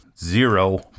zero